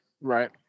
right